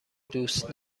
دوست